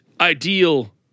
ideal